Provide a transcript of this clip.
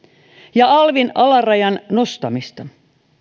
ja alvin alarajan nostamista